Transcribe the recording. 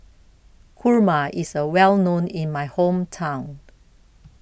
Kurma IS A Well known in My Hometown